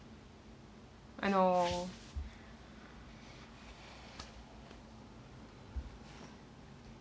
I know